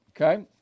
Okay